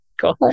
cool